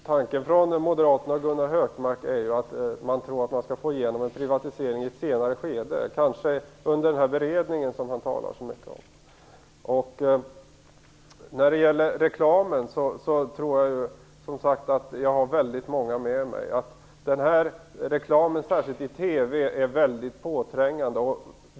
Herr talman! Tanken bakom moderaternas och Gunnar Hökmarks agerande är att man tror att man skall få igenom en privatisering i ett senare skede, kanske under den beredning som han talar så mycket om. När det gäller reklamen tror jag som sagt att jag har väldigt många med mig. Särskilt i TV är reklamen mycket påträngande.